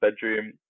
bedroom